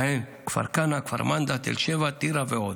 ובהן כפר כנא, כפר מנדא, תל שבע, טירה ועוד.